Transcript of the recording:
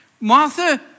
Martha